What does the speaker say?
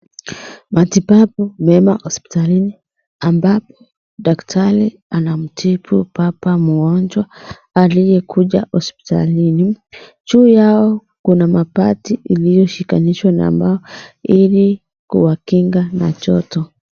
Matibabu mema hospitalini ambapo daktari anamtibu baba mgonjwa aliyekuja hospitalini. Juu yao kuna mabati iliyoshikanishwa na mbao ili kuwakinga na joto.